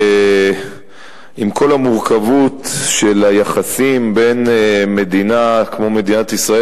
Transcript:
עם כל המורכבות של היחסים בין מדינה כמו מדינת ישראל,